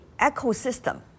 ecosystem